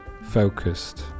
focused